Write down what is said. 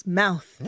mouth